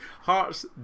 Hearts